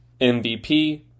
MVP